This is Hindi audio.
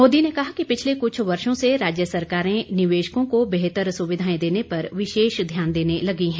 मोदी ने कहा कि पिछले कुछ वर्षो से राज्य सरकारें निवेशकों को बेहतर सुविधाएं देने पर विशेष ध्यान देने लगी हैं